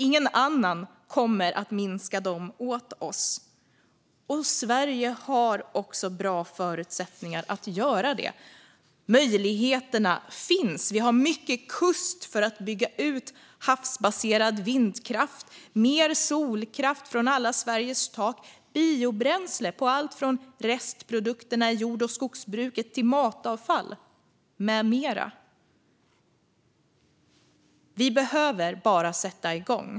Ingen annan kommer att minska dem åt oss. Sverige har också bra förutsättningar att göra det. Möjligheterna finns. Vi har mycket kust för att bygga ut havsbaserad vindkraft. Vi har möjligheter att få mer solkraft från alla Sveriges tak och biobränsle på allt från restprodukter i jord och skogsbruket till matavfall med mera. Vi behöver bara sätta igång.